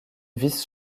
vice